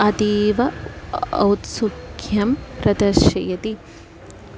अतीव औत्सुक्यं प्रदर्शयति